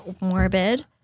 Morbid